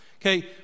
Okay